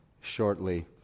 shortly